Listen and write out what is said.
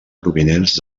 provinents